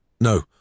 No